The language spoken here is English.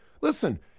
Listen